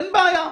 אין בעיה.